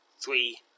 Three